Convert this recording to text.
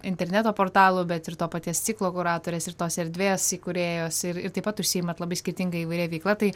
interneto portalų bet ir to paties ciklo kuratorės ir tos erdvės įkūrėjos ir ir taip pat užsiimat labai skirtinga įvairia veikla tai